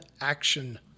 action